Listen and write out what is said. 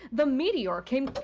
the meteor came